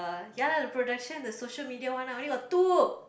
ya lah the production the social media one ah only got two